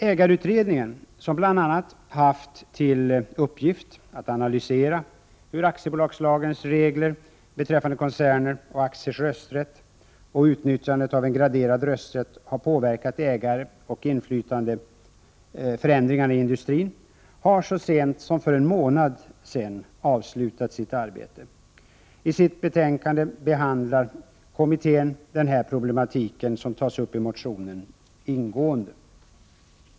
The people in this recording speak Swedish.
Ägarutredningen, som haft till uppgift att bl.a. analysera hur aktiebolagslagens regler beträffande koncerner, aktiers rösträtt och utnyttjandet av en graderad rösträtt har påverkat ägaroch inflytandeförändringar i industrin, har så sent som för en månad sedan avslutat sitt arbete. I sitt betänkande behandlar kommittén ingående den problematik som tas upp i motionen.